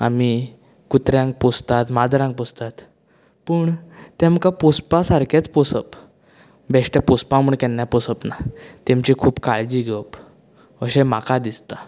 आमी कुत्र्यांक पोसतात माजरांक पोसतात पूण तेमकां पोसपा सारकें पोसप बेश्टे पोसपा म्हण केन्नाच पोसप ना तेमची खूब काळजी घेवप अशें म्हाका दिसता